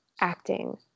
acting